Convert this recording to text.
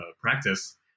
practice